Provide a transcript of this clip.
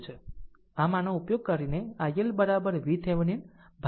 આમ આનો ઉપયોગ કરીને i L VThevenin ભાગ્યા RThevenin RL છે